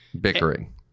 Bickering